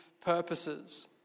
purposes